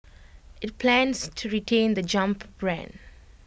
IT plans to retain the jump brand